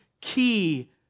key